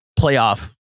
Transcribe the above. playoff